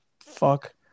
fuck